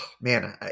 man